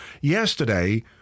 Yesterday